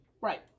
Right